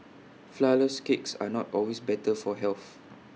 Flourless Cakes are not always better for health